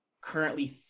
currently